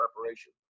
preparation